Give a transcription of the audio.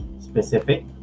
Specific